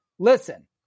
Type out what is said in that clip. listen